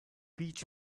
beat